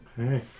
Okay